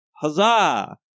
huzzah